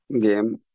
game